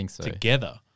together